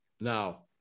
Now